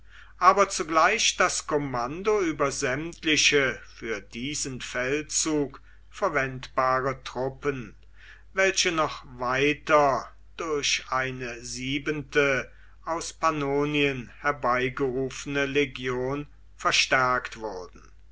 aber zugleich das kommando über sämtliche für diesen feldzug verwendbare truppen welche noch weiter durch eine siebente aus pannonien herbeigerufene legion verstärkt wurden